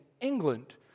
England